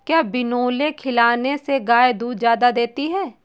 क्या बिनोले खिलाने से गाय दूध ज्यादा देती है?